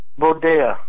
Bodea